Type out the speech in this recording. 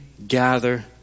Gather